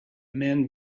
men